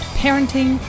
parenting